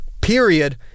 period